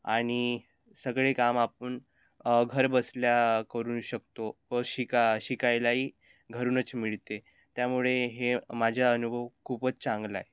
आणि सगळे काम आपण घर बसल्या करू शकतो व शिका शिकायलाही घरूनच मिळते त्यामुळे हे माझा अनुभव खूपच चांगला आहे